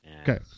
Okay